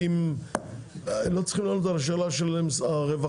לא צריכים לענות על השאלה של הרווחה,